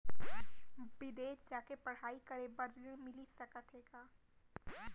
बिदेस जाके पढ़ई करे बर ऋण मिलिस सकत हे का?